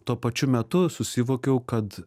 tuo pačiu metu susivokiau kad